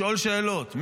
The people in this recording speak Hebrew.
לשאול שאלות?